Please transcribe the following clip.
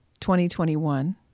2021